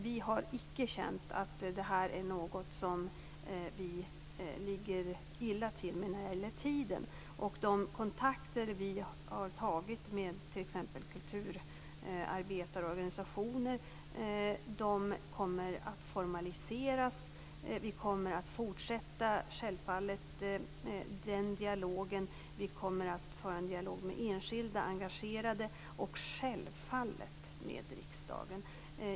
Vi har alltså inte känt att det här är något som vi ligger illa till med när det gäller tiden. De kontakter vi har tagit med t.ex. kulturarbetarorganisationer kommer att formaliseras. Vi kommer självfallet att fortsätta dialogen. Vi kommer att föra en dialog med enskilda engagerade - och självfallet också med riksdagen.